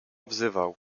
wzywał